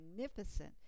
magnificent